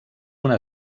una